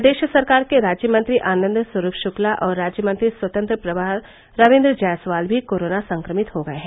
प्रदेश सरकार के राज्य मंत्री आनंद स्वरूप शुक्ला और राज्य मंत्री स्वतंत्र प्रभार रविंद्र जायसवाल भी कोरोना संक्रमित हो गए हैं